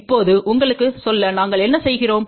இப்போது உங்களுக்குச் சொல்ல நாங்கள் என்ன செய்கிறோம்